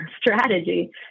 strategy